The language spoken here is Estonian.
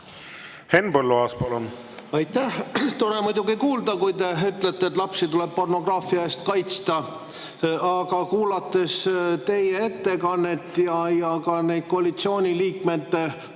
Henn Põlluaas, palun! Aitäh! Tore muidugi kuulda, et te ütlete, et lapsi tuleb pornograafia eest kaitsta. Aga kuulates teie ettekannet ja ka koalitsiooni liikmete